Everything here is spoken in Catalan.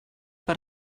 per